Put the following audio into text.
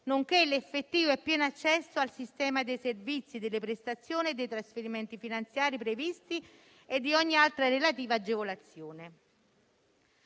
nonché l'effettivo e pieno accesso al sistema dei servizi, delle prestazioni e dei trasferimenti finanziari previsti e ad ogni altra relativa agevolazione.